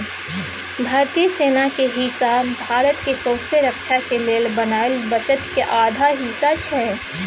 भारतीय सेना के हिस्सा भारत के सौँसे रक्षा के लेल बनायल बजट के आधा हिस्सा छै